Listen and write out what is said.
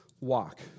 walk